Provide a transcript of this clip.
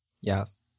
Yes